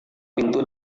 pintu